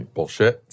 Bullshit